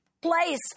Place